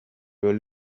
were